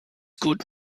good